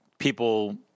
people